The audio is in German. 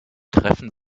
treffen